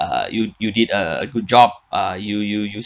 uh you you did a good job uh you you you